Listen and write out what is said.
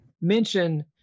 mention